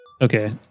okay